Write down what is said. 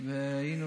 והיינו